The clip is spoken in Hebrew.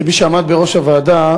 כמי שעמד בראש הוועדה,